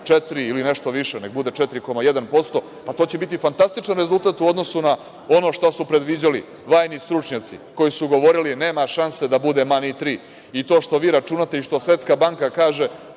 4% ili nešto više, nek bude 4,1%, pa to će biti fantastičan rezultat u odnosu na ono šta su predviđali vajni stručnjaci koji su govorili - nema šanse da bude, ma ni 3%. To što vi računate i što Svetska banka kaže,